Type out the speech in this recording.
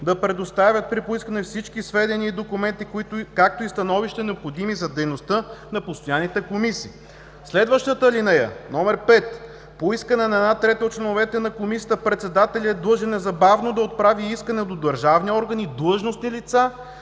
да предоставят при поискване всички сведения и документи, както и становища, необходими за дейността на постоянните комисии.“ Следващата алинея: „(5) По искане на една трета от членовете на комисията председателят й е длъжен незабавно да отправи искане до държавни органи и длъжностните лица